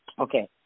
Okay